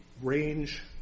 range